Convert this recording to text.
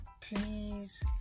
please